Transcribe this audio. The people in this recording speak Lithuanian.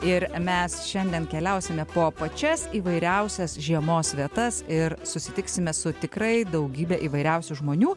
ir mes šiandien keliausime po pačias įvairiausias žiemos vietas ir susitiksime su tikrai daugybe įvairiausių žmonių